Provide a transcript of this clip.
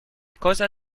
cosa